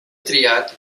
triat